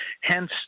hence